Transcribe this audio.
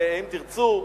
אם תרצו,